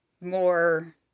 more